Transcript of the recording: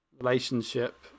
relationship